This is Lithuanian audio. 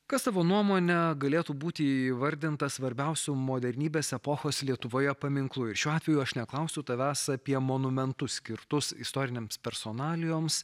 kas tavo nuomone galėtų būti įvardinta svarbiausiu modernybės epochos lietuvoje paminklu ir šiuo atveju aš neklausiu tavęs apie monumentus skirtus istorinėms personalijoms